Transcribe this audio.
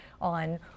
on